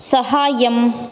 सहाय्यम्